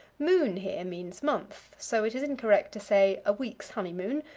moon here means month, so it is incorrect to say, a week's honeymoon,